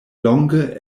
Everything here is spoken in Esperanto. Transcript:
longe